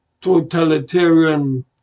totalitarian